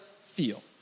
feel